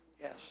yes